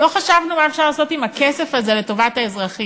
לא חשבנו מה אפשר לעשות עם הכסף הזה לטובת האזרחים.